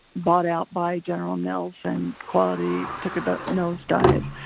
bought out by general mills and quality took a nosedive.